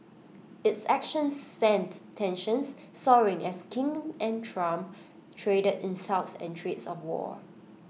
its actions sent tensions soaring as Kim and Trump traded insults and threats of war